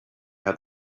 how